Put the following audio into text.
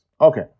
Okay